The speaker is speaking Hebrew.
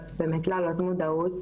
להעלות מודעות